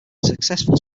successful